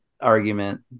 argument